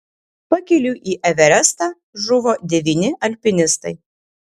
pakeliui į everestą žuvo devyni alpinistai